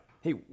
Hey